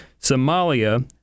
Somalia